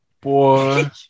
boy